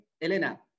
elena